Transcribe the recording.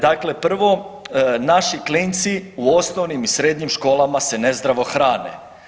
Dakle, prvo naši klinci u osnovnim i srednjim školama se nezdravo hrane.